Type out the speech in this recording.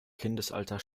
kindesalter